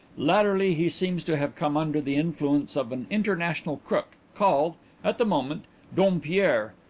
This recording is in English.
latterly he seems to have come under the influence of an international crook called at the moment dompierre,